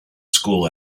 school